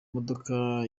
modoka